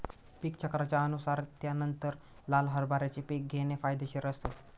पीक चक्राच्या अनुसार त्यानंतर लाल हरभऱ्याचे पीक घेणे फायदेशीर असतं